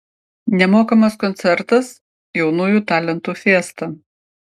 nemokamas koncertas jaunųjų talentų fiesta